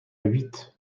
huit